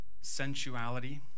sensuality